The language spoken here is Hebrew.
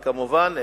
וכמובן,